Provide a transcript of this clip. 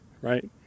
right